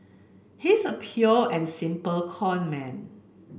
he's a pure and simple conman